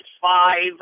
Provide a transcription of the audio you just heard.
five